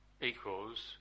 equals